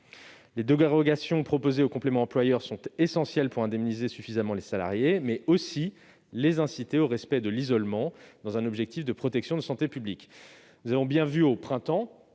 Les dérogations proposées au complément employeur sont essentielles pour indemniser suffisamment les salariés, mais aussi les inciter au respect de l'isolement, dans un objectif de protection de la santé publique. Nous l'avons bien vu au printemps,